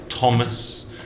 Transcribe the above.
Thomas